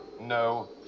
no